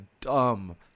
dumb